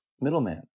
middleman